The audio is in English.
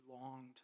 longed